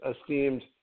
esteemed